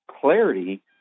clarity